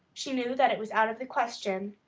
she knew that it was out of the question.